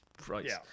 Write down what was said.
price